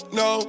no